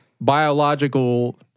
biological